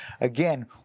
again